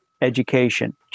education